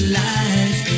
life